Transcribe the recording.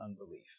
unbelief